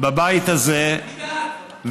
בבית הזה וללמוד.